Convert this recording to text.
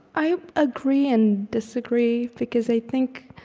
i agree and disagree, because i think,